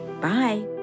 bye